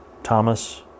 Thomas